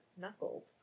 knuckles